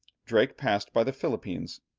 drake passed by the philippines,